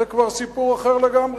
זה כבר סיפור אחר לגמרי.